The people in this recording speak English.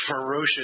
ferocious